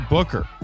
Booker